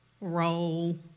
roll